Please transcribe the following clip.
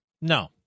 No